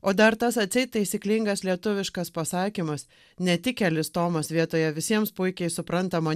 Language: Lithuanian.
o dar tas atseit taisyklingas lietuviškas pasakymas netikėlis tomas vietoje visiems puikiai suprantamo